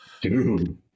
Dude